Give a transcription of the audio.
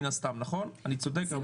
מן הסתם --- אני צודק?